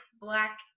black